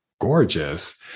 gorgeous